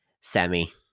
Sammy